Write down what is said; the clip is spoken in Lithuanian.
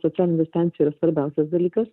socialinė distancija svarbiausias dalykas